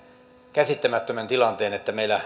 käsittämättömän tilanteen että meillä